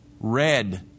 red